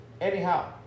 anyhow